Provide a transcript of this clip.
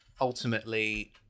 ultimately